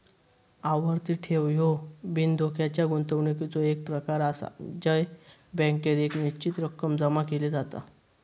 आवर्ती ठेव ह्यो बिनधोक्याच्या गुंतवणुकीचो एक प्रकार आसा जय बँकेत एक निश्चित रक्कम जमा केली जाता